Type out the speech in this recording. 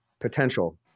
potential